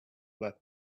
that